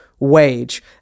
wage